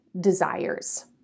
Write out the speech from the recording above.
desires